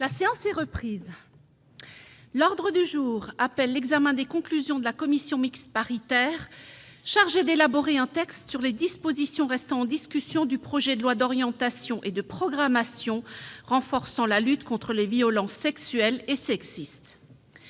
La séance est reprise. L'ordre du jour appelle l'examen des conclusions de la commission mixte paritaire chargée d'élaborer un texte sur les dispositions restant en discussion du projet de loi d'orientation et de programmation renforçant la lutte contre les violences sexuelles et sexistes